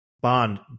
Bond